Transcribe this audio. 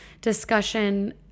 discussion